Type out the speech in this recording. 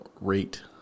rate